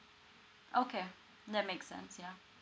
okay that makes sense ya